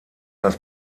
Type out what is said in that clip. das